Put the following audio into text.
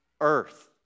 earth